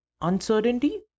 uncertainty